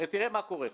תראה מה קורה פה.